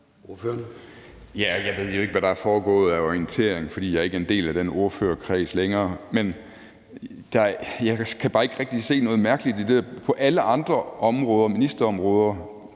Jeg ved jo ikke, hvad der er foregået af orientering, for jeg er ikke en del af den ordførerkreds længere. Men jeg kan bare ikke rigtig se noget mærkeligt i det. På alle andre ministerområder,